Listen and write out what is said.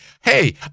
Hey